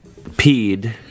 peed